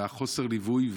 חוסר הליווי,